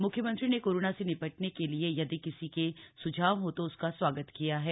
मुख्यमंत्री ने कोरोना से निपटने के लिए यदि किसी के स्झाव हों तो उसका स्वागत है